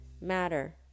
matter